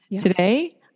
Today